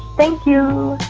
thank you